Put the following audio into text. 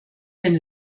wenn